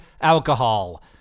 alcohol